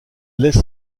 laisse